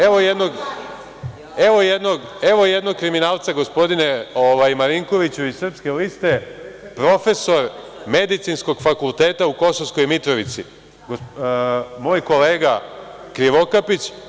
Evo jednog kriminalca gospodine Marinkoviću, iz Srpske liste, profesor Medicinskog fakulteta u Kosovskoj Mitrovici, moj kolega Krivokapić.